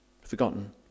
forgotten